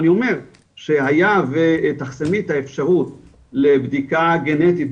אני אומר והיה ותחסמי את האפשרות לבדיקה גנטית,